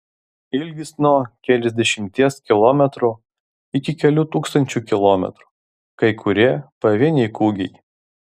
ilgis nuo keliasdešimties kilometrų iki kelių tūkstančių kilometrų kai kurie pavieniai kūgiai